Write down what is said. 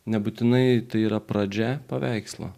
nebūtinai tai yra pradžia paveikslo